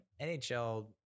NHL